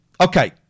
okay